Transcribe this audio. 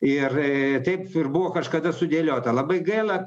ir taip ir buvo kažkada sudėliota labai gaila